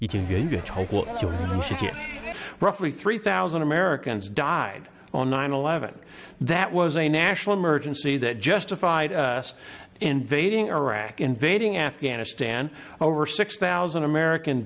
here roughly three thousand americans died on nine eleven that was a national emergency that justified us invading iraq invading afghanistan over six thousand american